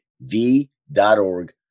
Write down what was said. v.org